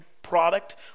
product